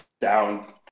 down